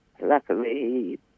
luckily